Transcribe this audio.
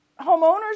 homeowners